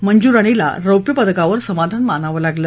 मंजू राणीला रौप्यपदकावर समाधान मानावं लागलं